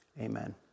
amen